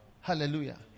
Hallelujah